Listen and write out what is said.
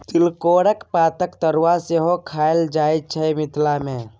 तिलकोराक पातक तरुआ सेहो खएल जाइ छै मिथिला मे